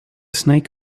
snake